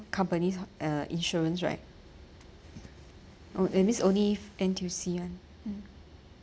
company's ho~ uh insurance right uh that means only N_T_U_C [one] hmm